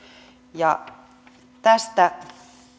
ja tästä